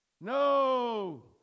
No